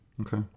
Okay